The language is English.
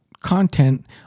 content